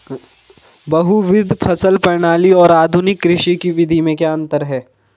बहुविध फसल प्रणाली और आधुनिक कृषि की विधि में क्या अंतर है?